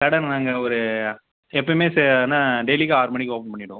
கடை நாங்கள் ஒரு எப்பயுமே சே என்ன டெய்லிக்கும் ஆறு மணிக்கு ஓப்பன் பண்ணிவிடுவோம்